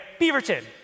Beaverton